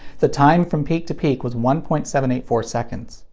the time from peak to peak was one point seven eight four seconds.